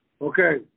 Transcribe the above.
Okay